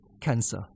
cancer